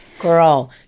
girl